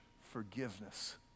forgiveness